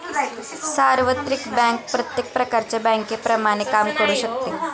सार्वत्रिक बँक प्रत्येक प्रकारच्या बँकेप्रमाणे काम करू शकते